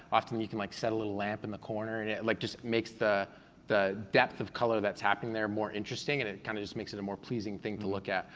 often you can like set a little lamp in the corner, and it like makes the the depth of color that's happening there more interesting, and it kind of just makes it a more pleasing thing to look at,